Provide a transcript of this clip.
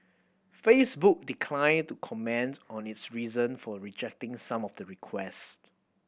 Facebook declined to comment on its reason for rejecting some of the request